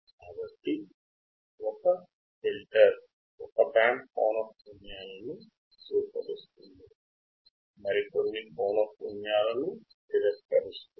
కాబట్టి ఒక ఫిల్టర్ ఒక బ్యాండ్ పౌనఃపున్యాలను స్వీకరిస్తుంది మరి కొన్ని పౌనఃపున్యాలను తిరస్కరిస్తుంది